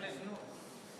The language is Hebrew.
זה המשך לזנות.